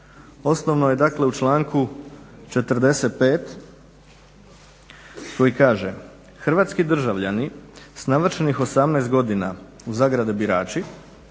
osnovno je u članku 45. koji kaže: Hrvatski državljani s navršenih 18 godina (birači)